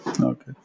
Okay